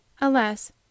Alas